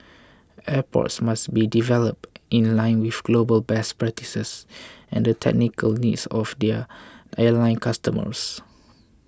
airports must be developed in line with global best practices and the technical needs of their airline customers